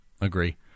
Agree